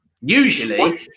usually